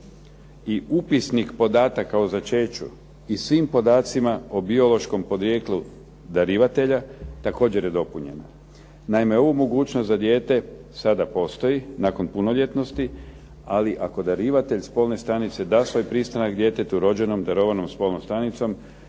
i upisnik podataka o začeću i svim podacima o biološkom porijeklu darivatelja, također je dopunjeno. Naime, ovu mogućnost da dijete sada postoji, nakon punoljetnosti, ali ako darivatelj spolne stanice da svoj pristanak djetetu rođenom darovanom spolnom stanicom